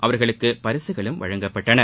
அவர்களுக்கு பரிசுகளும் வழங்கப்பட்டன